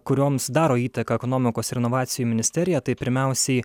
kurioms daro įtaką ekonomikos ir inovacijų ministerija tai pirmiausiai